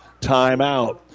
timeout